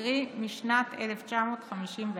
קרי משנת 1954,